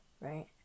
right